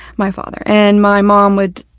my father. and my mom would,